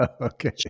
Okay